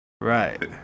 Right